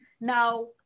Now